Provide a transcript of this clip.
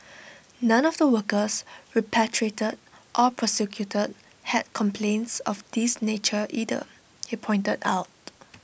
none of the workers repatriated or prosecuted had complaints of this nature either he pointed out